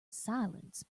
silence